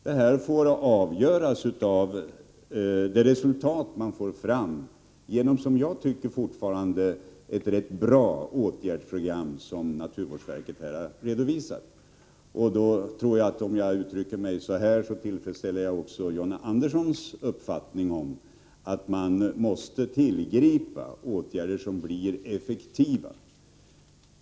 Detta får avgöras på grundval av de resultat man kan få fram genom ett, som jag fortfarande tycker, bra åtgärdsprogram som naturvårdsverket här har redovisat. Om jag uttrycker mig så, tror jag att jag också tillfredsställer John Andersson när det gäller hans uppfattning att man måste tillgripa åtgärder som blir effektiva.